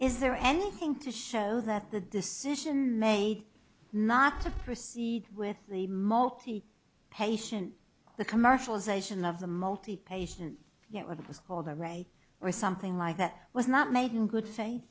is there anything to show that the decision made not to proceed with the multi patient the commercialization of the multi patient yet was all the rage or something like that was not made in good faith